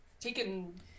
taken